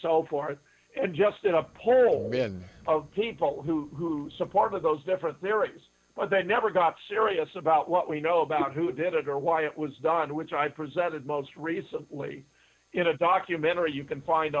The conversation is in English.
so forth and just in a poll bin of people who supported those different theories but that never got serious about what we know about who did it or why it was done which i presented most recently in a documentary you can find